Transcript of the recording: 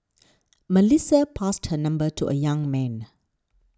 Melissa passed her number to the young man